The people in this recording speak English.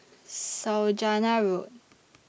Saujana Road